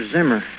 Zimmer